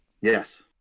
Yes